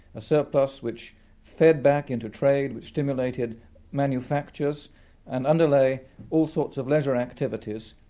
a surplus which fed back into trade which stimulated manufactures and underlay all sorts of leisure activities,